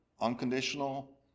unconditional